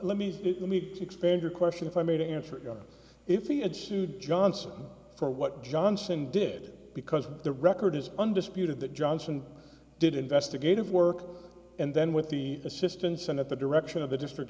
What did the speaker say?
let me let me expand your question if i may to answer if he had sued johnson for what johnson did because the record is undisputed that johnson did investigative work and then with the assistance and at the direction of the district